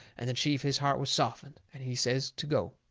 and the chief, his heart was softened, and he says to go.